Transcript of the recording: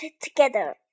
together